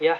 yeah